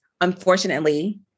unfortunately